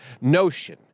notion